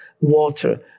water